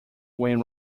when